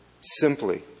Simply